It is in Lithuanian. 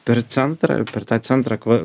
per centrą ir per tą centrą kva